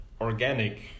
organic